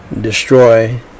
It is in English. Destroy